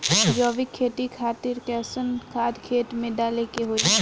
जैविक खेती खातिर कैसन खाद खेत मे डाले के होई?